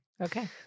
Okay